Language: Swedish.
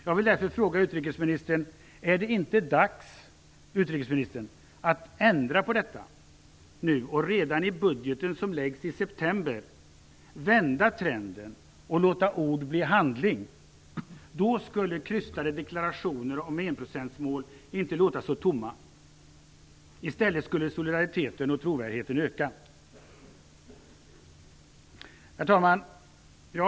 Jag vill därför fråga utrikesministern: Är det inte dags att ändra på detta nu och redan i den budget som läggs i september vända trenden och låta ord bli handling? Då skulle krystade deklarationer om enprocentsmål inte låta så tomma. I stället skulle solidariteten och trovärdigheten öka. Herr talman!